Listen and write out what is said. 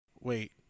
Wait